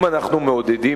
אם אנחנו מעודדים,